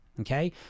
Okay